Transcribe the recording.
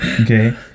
Okay